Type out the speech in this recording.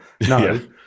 no